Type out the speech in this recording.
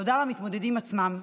תודה למתמודדים עצמם,